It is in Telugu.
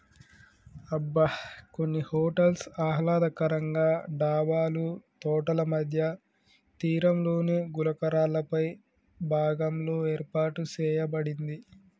అబ్బ కొన్ని హోటల్స్ ఆహ్లాదకరంగా డాబాలు తోటల మధ్య తీరంలోని గులకరాళ్ళపై భాగంలో ఏర్పాటు సేయబడింది